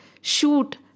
shoot